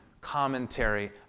commentary